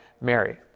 Mary